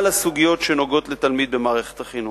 הסוגיות שנוגעות לתלמיד במערכת החינוך.